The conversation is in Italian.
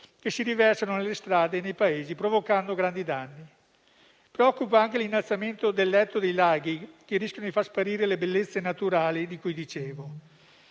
che si riversano nelle strade e nei paesi provocando grandi danni. Preoccupa anche l'innalzamento del letto dei laghi, che rischia di far sparire le bellezze naturali di cui dicevo.